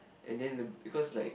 and then the because like